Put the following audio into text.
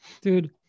Dude